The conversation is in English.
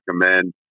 recommend